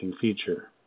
feature